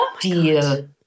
deal